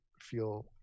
feel